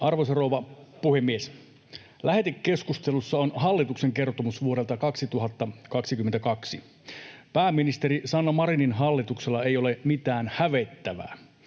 Arvoisa rouva puhemies! Lähetekeskustelussa on hallituksen kertomus vuodelta 2022. Pääministeri Sanna Marinin hallituksella ei ole mitään hävettävää.